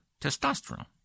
testosterone